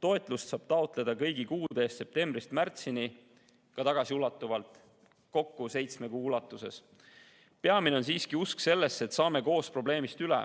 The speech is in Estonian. Toetust saab taotleda kõigi kuude eest septembrist märtsini, ka tagasiulatuvalt, kokku seitsme kuu ulatuses. Peamine on siiski usk sellesse, et saame koos probleemist üle.